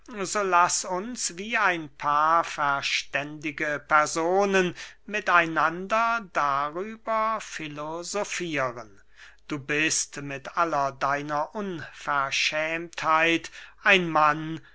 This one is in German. laß uns wie ein paar verständige personen mit einander darüber filosofieren du bist mit aller deiner unverschämtheit ein mann